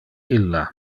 illa